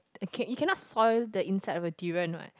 okay okay you cannot soil the inside of the durian one